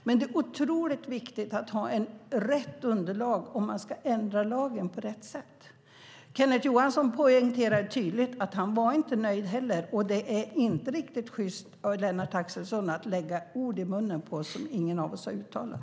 Men det är otroligt viktigt att ha rätt underlag om lagen ska ändras på rätt sätt. Kenneth Johansson poängterade tydligt att han inte heller var nöjd. Det är inte riktigt sjyst av Lennart Axelsson att lägga ord i munnen på oss som ingen av oss har uttalat.